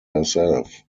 herself